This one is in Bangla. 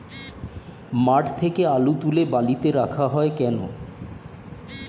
মাঠ থেকে আলু তুলে বালিতে রাখা হয় কেন?